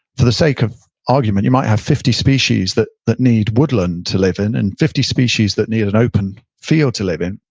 for the sake of argument you might have fifty species that that need woodland to live in, and fifty species that need an open field to live in,